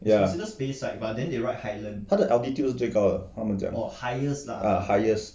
ya 他的 altitude 是最高的他们讲的 ya highest